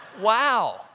Wow